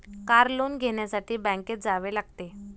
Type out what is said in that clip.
car loan घेण्यासाठी बँकेत जावे लागते